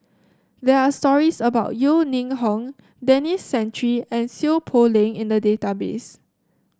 there are stories about Yeo Ning Hong Denis Santry and Seow Poh Leng in the database